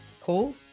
cool